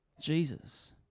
Jesus